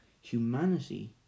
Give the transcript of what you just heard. Humanity